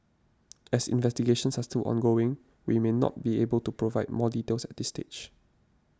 as investigations are still ongoing we may not able to provide more details at this stage